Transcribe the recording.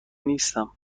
نیستم